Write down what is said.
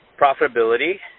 profitability